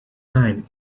time